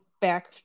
back